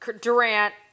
Durant